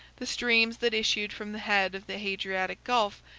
the streams that issue from the head of the hadriatic gulf,